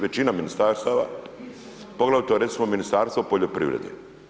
Većina ministarstava, poglavito recimo Ministarstvo poljoprivrede.